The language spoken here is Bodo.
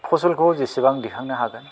फसलखौ जेसेबां दैखांनो हागोन